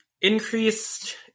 increased